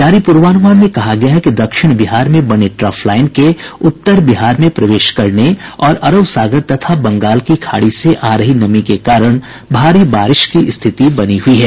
जारी पूर्वानुमान में कहा गया है कि दक्षिण बिहार में बने ट्रफलाइन के उत्तर बिहार में प्रवेश करने और अरब सागर तथा बंगाल की खाड़ी से आ रही नमी के कारण भारी बारिश की स्थिति बनी हुयी है